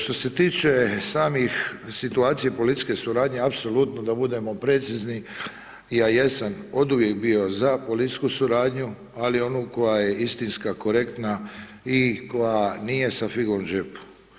Što se tiče samih situacija političke suradnje, apsolutno, da budemo precizni, ja jesam oduvijek bio ZA policijsku suradnju, ali ona koja je istinska, korektna i koja nije sa figom u džepu.